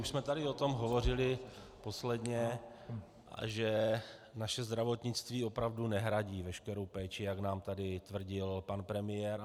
Už jsme tady o tom hovořili posledně, že naše zdravotnictví opravdu nehradí veškerou péči, jak nám tady tvrdil pan premiér.